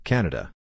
Canada